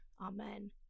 Amen